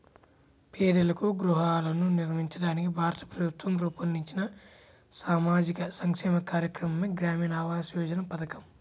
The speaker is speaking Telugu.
పేదలకు గృహాలను నిర్మించడానికి భారత ప్రభుత్వం రూపొందించిన సామాజిక సంక్షేమ కార్యక్రమమే గ్రామీణ ఆవాస్ యోజన పథకం